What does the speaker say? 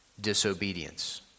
disobedience